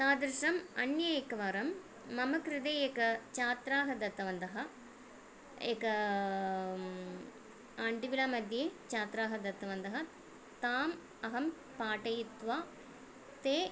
तादृशम् अन्ये एकवारं मम कृते एका छात्रा दत्तवन्तः एक अण्टिवरामध्ये छात्रा दत्तवन्तः ताम् अहं पाठयित्वा ते